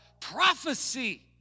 prophecy